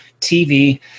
TV